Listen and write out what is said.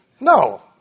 No